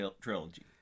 trilogy